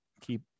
keep